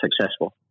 successful